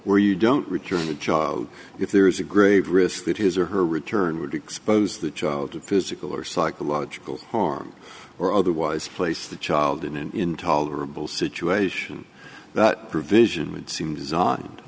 where you don't return a job if there is a grave risk that his or her return would expose the child to physical or psychological harm or otherwise place the child in an intolerable situation that provision would seem designed